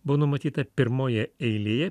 buvo numatyta pirmoje eilėje